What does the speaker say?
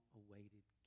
awaited